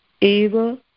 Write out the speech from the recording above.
Eva